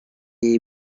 jej